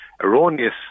erroneous